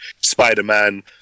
Spider-Man